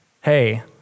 Hey